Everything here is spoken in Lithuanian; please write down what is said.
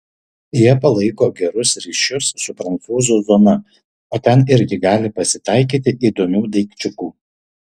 jie palaiko gerus ryšius su prancūzų zona o ten irgi gali pasitaikyti įdomių daikčiukų